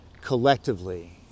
collectively